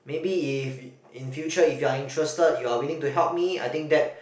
maybe if in future if you are interested you are willing to help me I think that